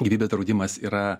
gyvybės draudimas yra